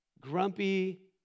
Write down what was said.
grumpy